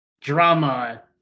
drama